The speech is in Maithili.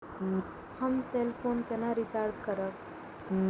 हम सेल फोन केना रिचार्ज करब?